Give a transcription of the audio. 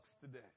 today